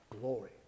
glory